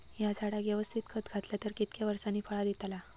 हया झाडाक यवस्तित खत घातला तर कितक्या वरसांनी फळा दीताला?